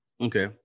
Okay